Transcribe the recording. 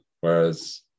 Whereas